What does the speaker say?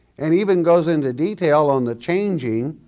and even goes into detail on the changing,